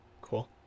Cool